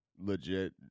legit